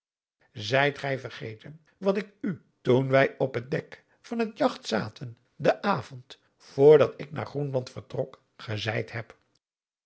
zijt gij vergeten wat ik u toen wij op het dek van het jagt zaten den avond voor dat ik naar groenland vertrok gezeid heb